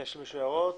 יש למישהו הערות?